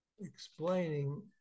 explaining